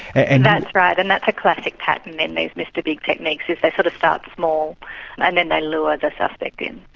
and that's right, and that's a classic pattern in these mr big techniques, is they sort of start small and then they lure the suspect in.